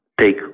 take